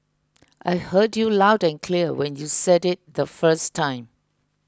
I heard you loud and clear when you said it the first time